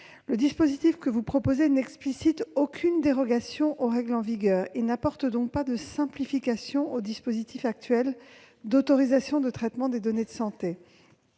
Le dispositif proposé n'explicite aucune dérogation aux règles en vigueur et n'apporte donc pas de simplification au dispositif actuel d'autorisation de traitement des données de santé.